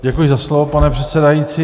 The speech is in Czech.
Děkuji za slovo, pane předsedající.